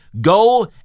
go